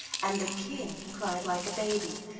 and the king cried like a baby,